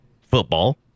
football